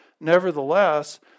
Nevertheless